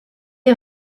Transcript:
est